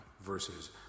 versus